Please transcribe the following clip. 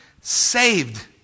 saved